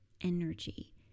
energy